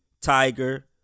Tiger